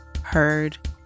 heard